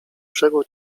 brzegu